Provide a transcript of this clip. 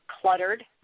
cluttered